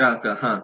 ಗ್ರಾಹಕ ಹಾಂ